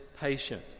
patient